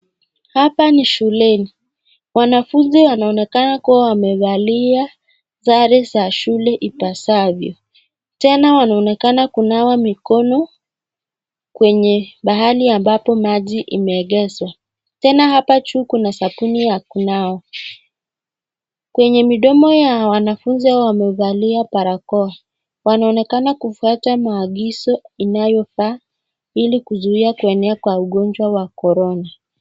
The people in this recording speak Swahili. Hapa ni shuleni wanafunzi wanaonekana kuwa wamevalia sare za shule ipasavyo tena wanaonekana kunawa mikono kwenye mahali ambapo maji imeegeshwa. Tena hapa juu kuna sabuni ya kunawa. Kwenye midomo ya wanafunzi wamevalia barakoa wanaonekana kufuata maagizo inayofaa ili kuzuia kuenea kwa ugonjwa wa korona.